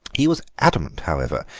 he was adamant, however,